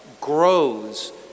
grows